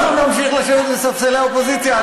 אנחנו נמשיך לשבת בספסלי האופוזיציה.